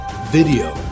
video